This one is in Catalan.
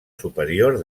superior